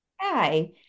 Hi